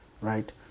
Right